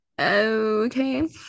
okay